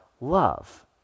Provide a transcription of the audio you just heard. love